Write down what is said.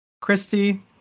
Christy